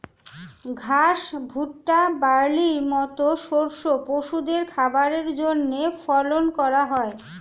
ঘাস, ভুট্টা, বার্লির মত শস্য পশুদের খাবারের জন্যে ফলন করা হয়